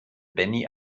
benny